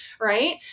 Right